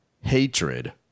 hatred